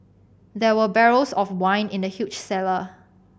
there were barrels of wine in the huge cellar